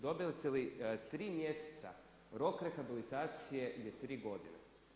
Dobijete li 3 mjeseca rok rehabilitacije ili 3 godine.